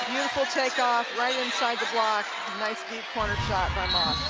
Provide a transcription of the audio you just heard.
beautiful takeoff, right inside the block, nice deep corner shotby moss.